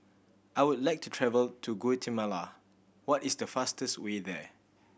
I would like to travel to Guatemala what is the fastest way there